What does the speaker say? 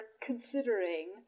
considering